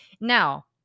Now